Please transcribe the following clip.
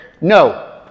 No